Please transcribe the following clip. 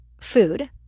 food